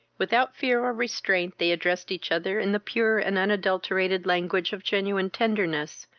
without fear or restraint they addressed each other in the pure and unadulterated language of genuine tenderness,